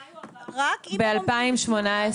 ב-2018.